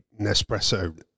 Nespresso